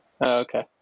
Okay